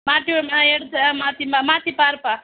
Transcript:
மாற்றி விடணுமா எடுத்து ஆ மாற்றி மாற்றி பாருப்பா